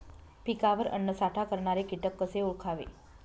पिकावर अन्नसाठा करणारे किटक कसे ओळखावे?